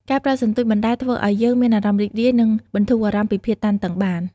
ការប្រើសន្ទូចបណ្ដែតធ្វើឲ្យយើងមានអារម្មណ៍រីករាយ និងបន្ធូរអារម្មណ៍ពីភាពតានតឹងបាន។